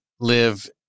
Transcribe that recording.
live